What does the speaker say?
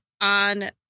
on